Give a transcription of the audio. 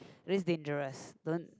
it is dangerous don't